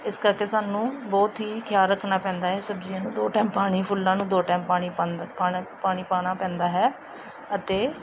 ਇਸ ਕਰਕੇ ਸਾਨੂੰ ਬਹੁਤ ਹੀ ਖਿਆਲ ਰੱਖਣਾ ਪੈਂਦਾ ਹੈ ਸਬਜ਼ੀਆਂ ਨੂੰ ਦੋ ਟਾਈਮ ਪਾਣੀ ਫੁੱਲਾਂ ਨੂੰ ਦੋ ਟਾਈਮ ਪਾਣੀ ਪੈਂਦਾ ਪਾਉਣਾ ਪਾਣੀ ਪਾਉਣਾ ਪੈਂਦਾ ਹੈ ਅਤੇ